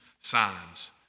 signs